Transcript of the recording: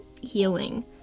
healing